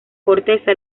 corteza